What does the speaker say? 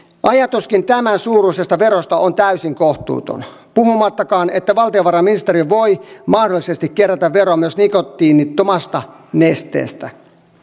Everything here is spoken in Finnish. ajatuskin tämän suuruisesta verosta on täysin kohtuuton puhumattakaan että valtiovarainministeriö voi mahdollisesti kerätä veroa myös nikotiinittomasta nesteestä